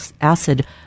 acid